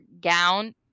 Gown